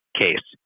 case